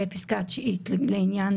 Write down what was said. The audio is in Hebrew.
תראו,